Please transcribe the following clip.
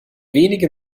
wenige